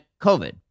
COVID